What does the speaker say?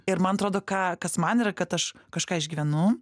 ir man atrodo ką kas man yra kad aš kažką išgyvenu